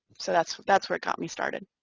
so that's that's what got me started.